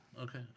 Okay